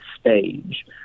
stage